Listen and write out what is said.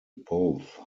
both